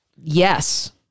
Yes